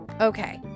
okay